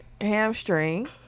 Hamstring